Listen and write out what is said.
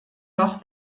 doch